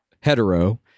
hetero